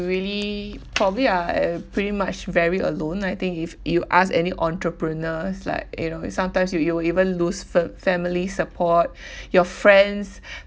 you really probably are uh pretty much very alone I think if you ask any entrepreneurs like you know sometimes you you even lose f~ family support your friends